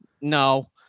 no